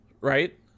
right